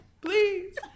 Please